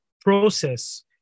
process